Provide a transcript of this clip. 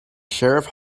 sheriff